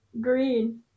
Green